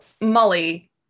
Molly